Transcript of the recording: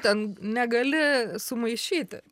ten negali sumaišyti